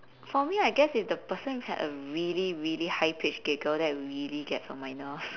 for me I guess if the person had a really really high pitched giggle that really gets on my nerves